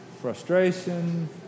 Frustration